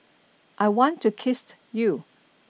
I want to kissed you